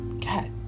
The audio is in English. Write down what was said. god